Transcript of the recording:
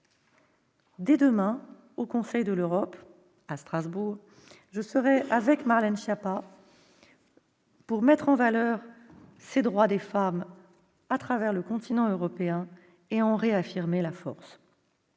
Dès demain, au Conseil de l'Europe, à Strasbourg, je serai avec Marlène Schiappa pour mettre en valeur ces droits des femmes à travers le continent européen et pour en réaffirmer la force.